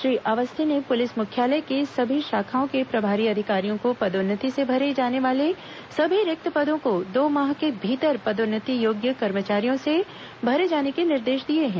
श्री अवस्थी ने पुलिस मुख्यालय के सभी शाखाओं के प्रभारी अधिकारियों को पदोन्नति से भरे जाने वाले सभी रिक्त पदों को दो माह के भीतर पदोन्नति योग्य कर्मचारियों से भरे जाने के निर्देश दिए हैं